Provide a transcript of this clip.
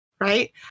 Right